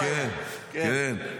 כן, כן, כן.